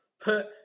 Put